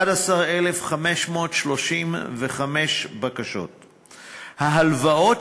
11,535. ההלוואות